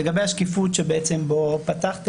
לגבי השקיפות שבה פתחתם,